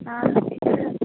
ആ ഇത്